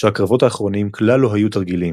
שהקרבות האחרונים כלל לא היו תרגילים,